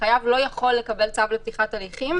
החייב לא יכול לקבל צו לפתיחת הליכים,